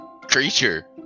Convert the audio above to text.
creature